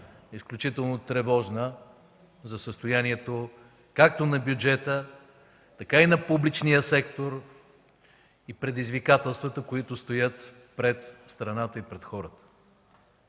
изключително тревожна – за състоянието както на бюджета, така и на публичния сектор и предизвикателствата, които стоят пред страната и пред хората.